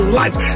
life